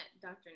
Dr